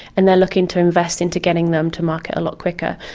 and they are looking to invest into getting them to market a lot quicker.